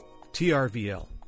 TRVL